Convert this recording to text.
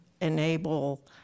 enable